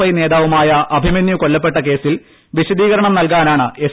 I നേതാവുമായ അഭിമന്യു കൊല്ലപ്പെട്ട കേസിൽ വിശദീകരണം നൽകാനാണ് എസ്